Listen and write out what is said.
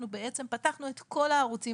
זאת אומרת,